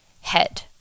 head